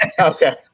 Okay